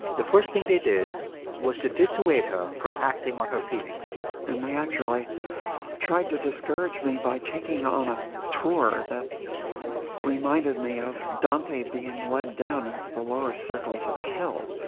the first thing they did was to dissuade her from acting on her feelings and they actually tried to discourage me by taking me on a tour that reminded me of dante being led down into the lower circles of hell.